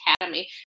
Academy